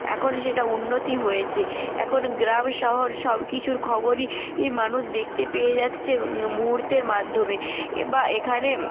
এখন সেটা উন্নতি হয়েছে এখন গ্রাম শহর সব কিছুর খবরই ই মানুষ দেখতে পেয়ে যাচ্ছে মুহুর্তের মাধ্যমে এ বা এখানে